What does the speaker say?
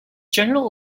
general